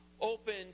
open